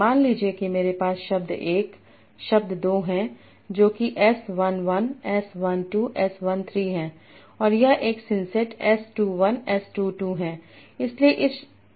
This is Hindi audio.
मान लीजिए कि मेरे पास शब्द 1 शब्द 2 है जो कि s 1 1 s 1 2 s 1 3 है और यह एक सिनसेट्स s 2 1 s 2 2 है